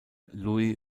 louis